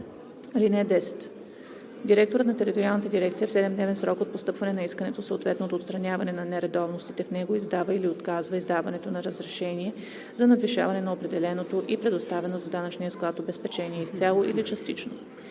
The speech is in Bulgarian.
дирекция в 7-дневен срок от постъпване на искането, съответно от отстраняване на нередовностите в него, издава или отказва издаването на разрешение за надвишаване на определеното и предоставено за данъчния склад обезпечение – изцяло или частично.